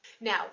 Now